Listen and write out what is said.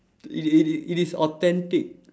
it it it is authentic